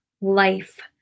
life